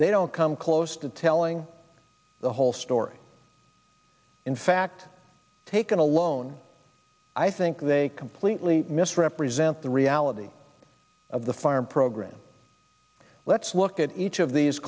they don't come close to telling the whole story in fact taken alone i think they completely mis represent the reality of the farm program let's look at each of these